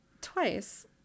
Twice